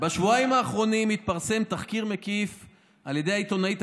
בשבועיים האחרונים התפרסם תחקיר מקיף על ידי העיתונאית